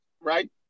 right